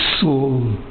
soul